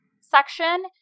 section